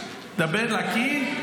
לדבר לקיר.